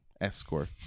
escort